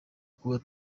kuba